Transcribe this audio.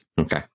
Okay